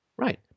Right